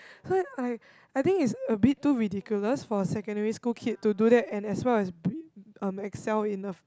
so I I I think it's a bit too ridiculous for a secondary school kid to do that and as well as bri~ um excel in a